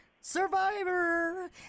survivor